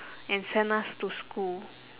and send us to school